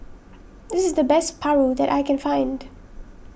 this is the best Paru that I can find